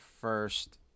first